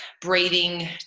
breathing